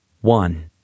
One